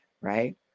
right